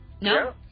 No